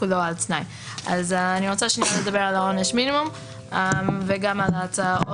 כולו על-תנאי." אני רוצה לדבר על עונש המינימום וגם על ההצעות